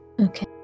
Okay